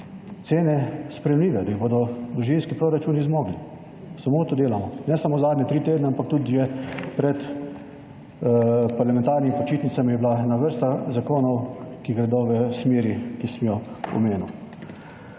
cene sprejemljive, da jih bodo družinski proračuni zmogli. Samo to delamo. Ne samo zadnje tri tedne, ampak tudi že pred parlamentarnimi počitnicami je bila ena vrsta zakonov, ki gredo v smeri, ki sem jo omenil.